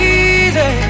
easy